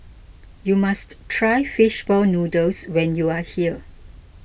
you must try Fish Ball Noodles when you are here